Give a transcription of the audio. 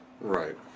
right